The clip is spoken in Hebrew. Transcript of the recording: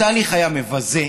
התהליך היה מבזה.